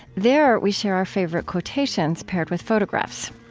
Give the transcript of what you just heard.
there we share our favorite quotations paired with photographs.